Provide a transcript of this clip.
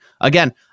again